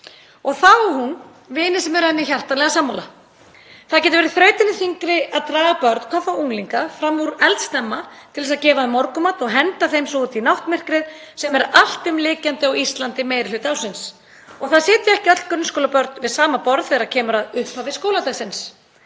Og það á hún, vini sem eru henni hjartanlega sammála. Það getur verið þrautinni þyngri að draga börn, hvað þá unglinga fram úr eldsnemma til að gefa þeim morgunmat og henda þeim svo út í náttmyrkrið sem er alltumlykjandi á Íslandi meiri hluta ársins. Það sitja ekki öll grunnskólabörn við sama borð þegar kemur að upphafi skóladagsins.